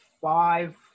five